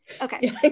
Okay